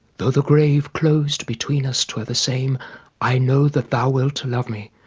though the grave closed between us, twere the same i know that thou wilt love me